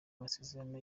amasezerano